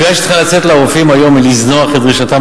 הכנסת צריכה לצאת בקריאה לרופאים לזנוח את דרישתם